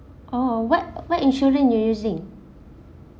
oh what what insurance you using